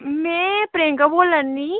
में प्रियंका बोल्ला निं